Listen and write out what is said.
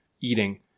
eating